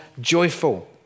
joyful